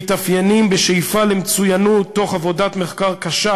שמתאפיינים בשאיפה למצוינות תוך עבודת מחקר קשה,